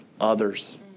others